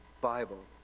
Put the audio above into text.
Bible